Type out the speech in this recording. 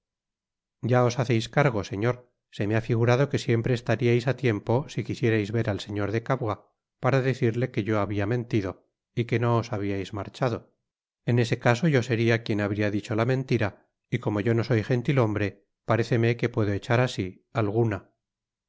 ya os haceis cargo señor se me ha figurado que siempre estariais á tiempo si quisierais ver al señor de cavois para decirle que yo habia mentido y que no os habiais marchado en ese caso yo seria quien habria dicho la mentira y como yo no soy gentithombre paréceme que puedo echar asi alguna